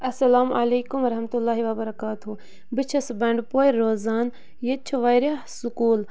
اسلامُ علیکُم ورحمتہ اللہ وبرکاتہ بہٕ چھَس بَنڈٕ پورِ روزان ییٚتہِ چھِ واریاہ سکوٗل